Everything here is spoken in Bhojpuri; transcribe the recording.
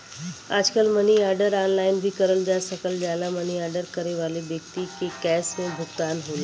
आजकल मनी आर्डर ऑनलाइन भी करल जा सकल जाला मनी आर्डर करे वाले व्यक्ति के कैश में भुगतान होला